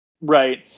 right